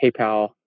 PayPal